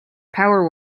power